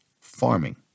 Farming